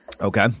Okay